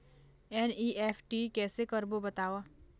NEFT कैसे करबो बताव?